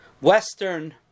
western